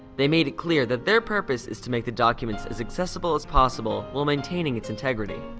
they made it clear that their purpose is to make the documents as accessible as possible while maintaining its integrity.